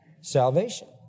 Salvation